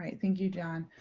thank you, john.